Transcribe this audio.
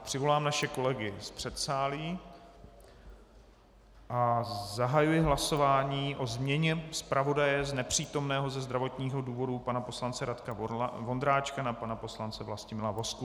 Přivolám naše kolegy z předsálí a zahajuji hlasování o změně zpravodaje nepřítomného ze zdravotního důvodu pana poslance Radka Vondráčka na pana poslance Vlastimila Vozku.